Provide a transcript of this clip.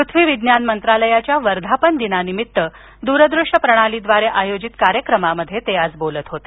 पृथ्वी विज्ञान मंत्रालयाच्या वर्धापन दिनानिमित्त दूरदृश्य प्रणालीद्वारे आयोजित कार्यक्रमात ते बोलत होते